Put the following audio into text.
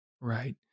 right